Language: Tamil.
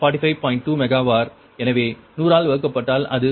2 மெகா வார் எனவே 100 ஆல் வகுக்கப்பட்டால் அது 0